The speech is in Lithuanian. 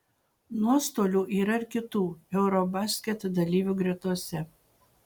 nuostolių yra ir kitų eurobasket dalyvių gretose